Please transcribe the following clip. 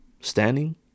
standing